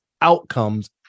outcomes